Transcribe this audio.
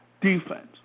defense